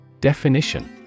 Definition